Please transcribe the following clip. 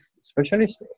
specialists